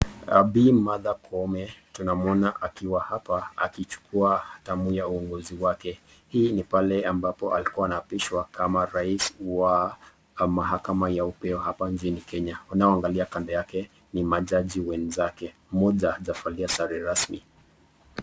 Abby Mwakome tunamuona akiwa hapa akichukua hatamu ya uongozi wake. Hii ni pale ambapo alikuwa anapishwa kama rais wa mahakama ya upeo hapa nchini Kenya. Unaowaangalia kanda yake ni majaji wenzake. Mmoja Zafania Sare rasmi.